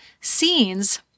scenes